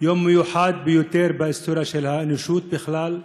יום מיוחד ביותר בהיסטוריה של האנושות בכלל.